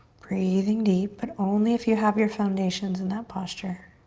breathing deep but only if you have your foundations in that posture.